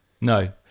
no